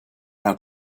how